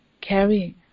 carrying